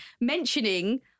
mentioning